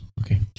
Okay